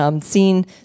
Seen